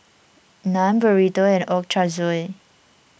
Naan Burrito and Ochazuke